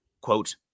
quote